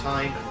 Time